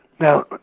Now